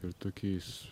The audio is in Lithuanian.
ir tokiais